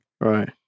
Right